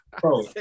bro